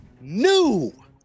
new